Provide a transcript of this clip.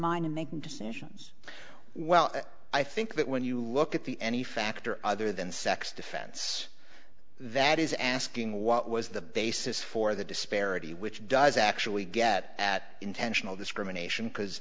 mind in making decisions well i think that when you look at the any factor other than sex defense that is asking what was the basis for the disparity which does actually get intentional discrimination